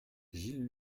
gilles